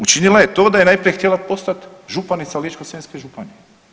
Učinila je to da je najprije htjela postat županica Ličko-senjske županije.